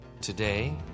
today